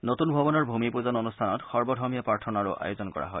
নতূন ভৱনৰ ভূমি পূজন অনুষ্ঠানত সৰ্বধৰ্মীয় প্ৰাৰ্থনাৰো আয়োজন কৰা হয়